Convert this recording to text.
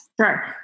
Sure